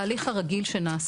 אני יודעת.